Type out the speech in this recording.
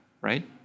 right